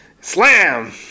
Slam